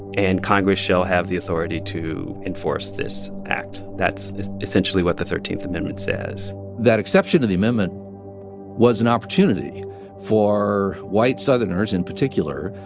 and congress shall have the authority to enforce this act. that's essentially essentially what the thirteenth amendment says that exception to the amendment was an opportunity for white southerners, in particular,